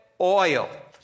oil